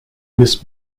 miss